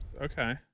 okay